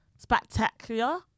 Spectacular